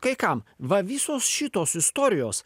kai kam va visos šitos istorijos